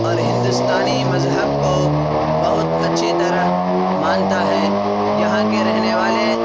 اور ہندوستانی مذہب کو بہت اچھی طرح مانتا ہے یہاں کے رہنے والے